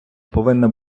повинна